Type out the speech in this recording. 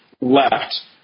left